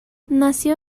nació